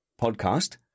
Podcast